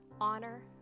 honor